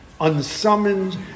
unsummoned